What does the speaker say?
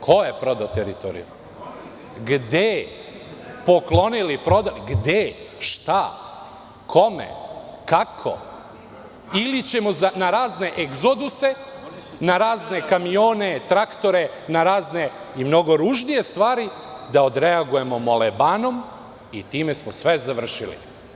Ko je prodao teritoriju, gde, šta, kome, kako ili ćemo na razne egzoduse, na razne kamione, traktore i na razne mnogo ružnije stvari da odreagujemo molebanom i time smo sve završili?